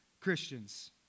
Christians